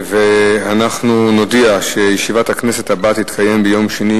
אנחנו נודיע שישיבת הכנסת הבאה תתקיים ביום שני,